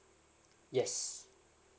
yes